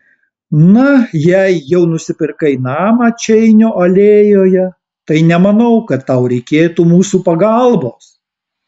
na jei jau nusipirkai namą čeinio alėjoje tai nemanau kad tau reikėtų mūsų pagalbos